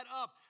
up